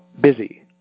busy